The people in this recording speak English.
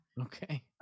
Okay